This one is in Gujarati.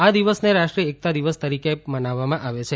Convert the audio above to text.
આ દિવસને રાષ્ટ્રીય એકતા દિવસ તરીકે પણ મનાવવામાં આવે છે